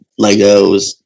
Legos